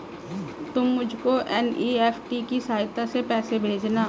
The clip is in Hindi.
तुम मुझको एन.ई.एफ.टी की सहायता से ही पैसे भेजना